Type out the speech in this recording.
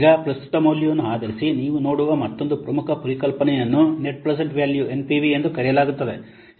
ಈಗ ಪ್ರಸ್ತುತ ಮೌಲ್ಯವನ್ನು ಆಧರಿಸಿ ನೀವು ನೋಡುವ ಮತ್ತೊಂದು ಪ್ರಮುಖ ಪರಿಕಲ್ಪನೆಯನ್ನು ನೆಟ್ ಪ್ರೆಸೆಂಟ್ ವ್ಯಾಲ್ಯೂ ಎನ್ಪಿವಿ ಎಂದು ಕರೆಯಲಾಗುತ್ತದೆ